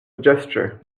gesture